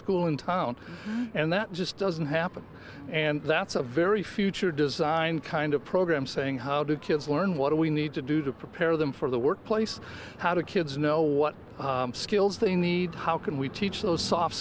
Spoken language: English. school in town and that just doesn't happen and that's a very future design kind of program saying how do kids learn what do we need to do to prepare them for the workplace how do kids know what skills they need how can we teach those soft